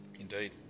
Indeed